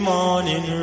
morning